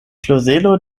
klozelo